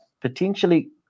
potentially